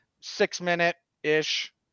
six-minute-ish